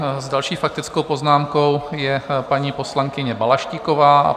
S další faktickou poznámkou je poslankyně Balaštíková.